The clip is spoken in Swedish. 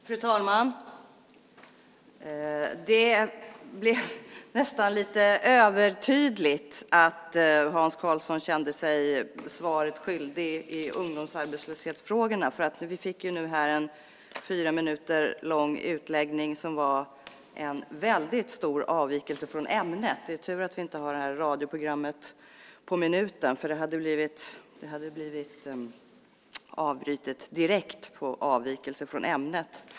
Fru talman! Det blev nästan lite övertydligt att Hans Karlsson kände sig svaret skyldig i ungdomsarbetslöshetsfrågorna. Vi fick nu en fyra minuter lång utläggning som var en väldigt stor avvikelse från ämnet. Det är tur att det inte är radioprogrammet På minuten, för då hade detta blivit avbrutet direkt för avvikelse från ämnet.